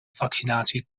vaccinatie